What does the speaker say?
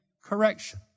correction